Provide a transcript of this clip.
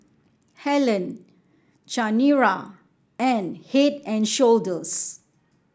Helen Chanira and Head And Shoulders